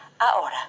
ahora